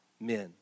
men